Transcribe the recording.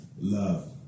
love